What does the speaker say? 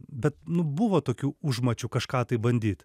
bet nu buvo tokių užmačių kažką tai bandyt